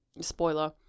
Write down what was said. spoiler –